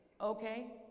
Okay